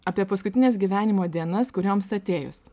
apie paskutines gyvenimo dienas kurioms atėjus